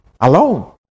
Alone